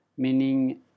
Meaning